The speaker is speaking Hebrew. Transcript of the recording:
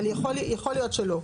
אבל יכול להיות שלא,